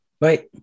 right